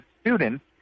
students